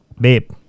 babe